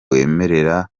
wemerera